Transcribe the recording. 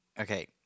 Okay